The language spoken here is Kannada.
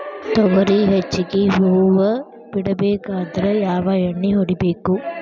ತೊಗರಿ ಹೆಚ್ಚಿಗಿ ಹೂವ ಬಿಡಬೇಕಾದ್ರ ಯಾವ ಎಣ್ಣಿ ಹೊಡಿಬೇಕು?